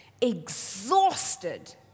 exhausted